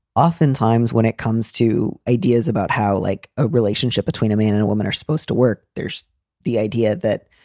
oftentimes when it comes to ideas about how like a relationship between a man and a woman are supposed to work, there's the idea that,